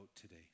today